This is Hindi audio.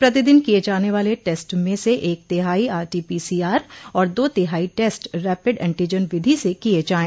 प्रतिदिन किये जाने वाले टेस्ट में से एक तिहाई आरटीपीसीआर और दो तिहाई टेस्ट रेपिड एंटीजन विधि से किय जाये